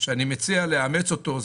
ואני מציע לאמץ אותו,